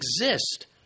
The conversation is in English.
exist